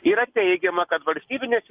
yra teigiama kad valstybinės